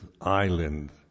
island